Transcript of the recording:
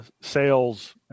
sales